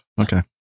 Okay